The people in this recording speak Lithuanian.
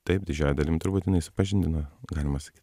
taip didžiąja dalim būtinai supažindina galima sakyt